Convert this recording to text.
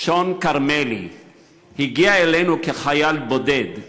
שון כרמלי הגיע אלינו כחייל בודד,